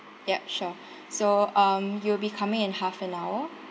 yup sure so um you'll be coming in half an hour